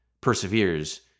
perseveres